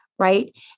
Right